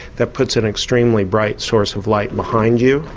that puts an extremely bright source of light behind you.